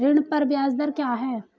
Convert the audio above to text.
ऋण पर ब्याज दर क्या है?